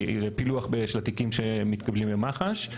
לפילוח של התיקים שמתקבלים במח"ש.